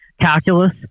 calculus